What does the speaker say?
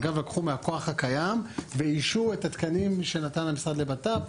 מג"ב לקחו מהכוח הקיים ואישרו את התקנים שנתן המשרד לבט"פ,